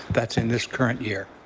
that's in this current year.